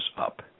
up